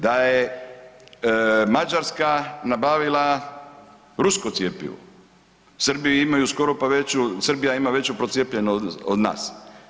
Da je Mađarska nabavila rusko cjepivo, Srbi imaju skoro pa veću, Srbija ima veću procijepljenost od nas.